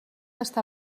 està